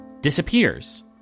disappears